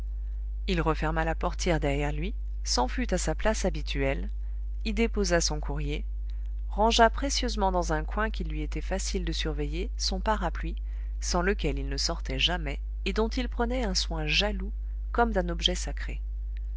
il referma la portière derrière lui s'en fut à sa place habituelle y déposa son courrier rangea précieusement dans un coin qu'il lui était facile de surveiller son parapluie sans lequel il ne sortait jamais et dont il prenait un soin jaloux comme d'un objet sacré